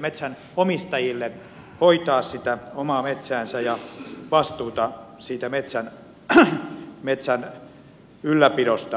metsänomistajille hoitaa sitä omaa metsäänsä ja vastuuta siitä metsän ylläpidosta